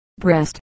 breast